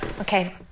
okay